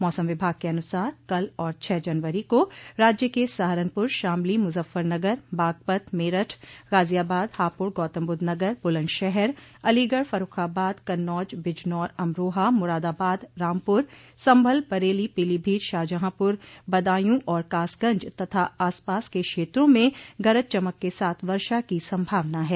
मौसम विभाग के अनुसार कल और छह जनवरी को राज्य के सहारनपुर शामली मुजफ्फरनगर बागपत मेरठ गाजियाबाद हापुड़ गौतमबुद्धनगर बुलन्दशहर अलीगढ़ फर्र्रखाबाद कन्नौज बिजनौर अमरोहा मुरादाबाद रामपर संभल बरेली पीलीभीत शाहजहांपर बदायूं और कांसगंज तथा आसपास के क्षेत्रों में गरज चमक के साथ वर्षा की संभावना है